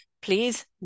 Please